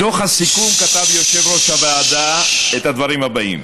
בדוח הסיכום כתב יושב-ראש הוועדה את הדברים הבאים: